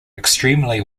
extremely